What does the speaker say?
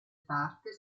parte